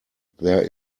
there